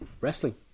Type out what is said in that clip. wrestling